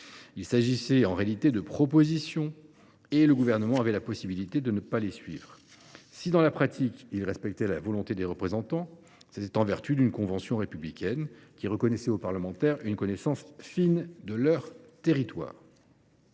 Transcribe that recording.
Il s’agissait en réalité de propositions, que le Gouvernement avait la possibilité de ne pas suivre. Si, dans la pratique, il respectait la volonté des représentants, c’était en vertu d’une convention républicaine fondée sur ce constat : les parlementaires disposent d’une fine connaissance de leur territoire.